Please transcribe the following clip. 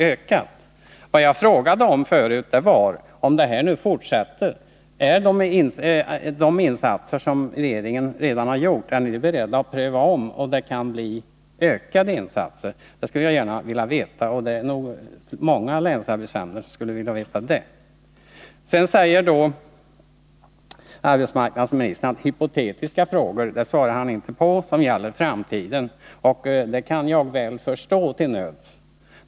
Det jag frågade om gäller i fall den här utvecklingen fortsätter: Är regeringen beredd att ompröva de insatser ni redan gjort och besluta om ökade insatser? Det skulle jag gärna vilja veta, och det är nog många länsarbetsnämnder som skulle vilja vet det. Arbetsmarknadsministern säger att han inte svarar på hypotetiska frågor som gäller framtiden. Det kan jag till nöds förstå.